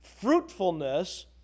fruitfulness